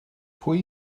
pwy